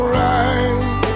right